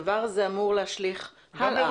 אלא הדבר הזה עלול להשליך הלאה,